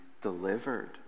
delivered